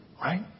right